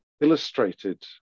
illustrated